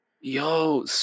yo